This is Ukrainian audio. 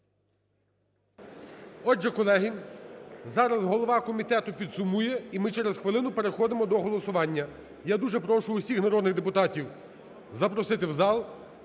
Отже, колеги, зараз голова комітету підсумує, і ми через хвилину переходимо до голосування. Я дуже прошу усіх народних депутатів запросити в зал